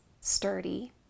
sturdy